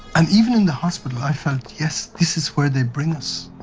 and even in the hospital i felt, yes, this is where they bring us,